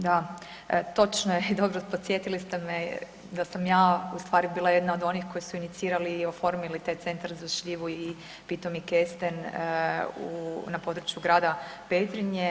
Da, točno je i dobro podsjetili ste me da sam ja ustvari bila jedna od onih koji su inicirali i oformili taj Centar za šljivu i pitomi kesten na području Grada Petrinje.